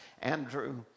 Andrew